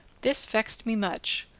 this vexed me much,